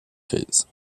crise